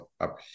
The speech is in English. up